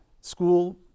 school